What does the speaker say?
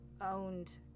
owned